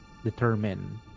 determine